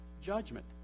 judgment